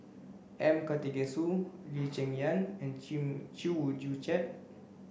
M Karthigesu Lee Cheng Yan and Chew Chew Joo Chiat